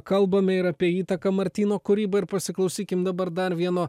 kalbame ir apie įtaką martyno kūrybai ir pasiklausykim dabar dar vieno